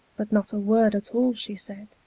but not a word at all she said,